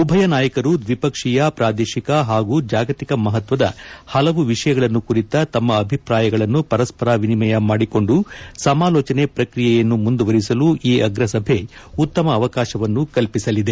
ಉಭಯ ನಾಯಕರು ದ್ವಿಪಕ್ಷೀಯ ಪೂದೇಶಿಕ ಹಾಗೂ ಜಾಗತಿಕ ಮಹತ್ವದ ಹಲವು ವಿಷಯಗಳನ್ನು ಕುರಿತ ತಮ್ಮ ಅಭಿಪ್ರಾಯಗಳನ್ನು ಪರಸ್ಪರ ವಿನಿಮಯ ಮಾಡಿಕೊಂಡು ಸಮಾಲೋಚನೆ ಪ್ರಕ್ರಿಯೆಯನ್ನು ಮುಂದುವರೆಸಲು ಈ ಅಗ್ರಸಭೆ ಉತ್ತಮ ಅವಕಾಶವನ್ನು ಕಲ್ಪಿಸಲಿದೆ